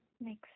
next